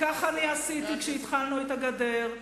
כך אני עשיתי כשהתחלנו את הגדר,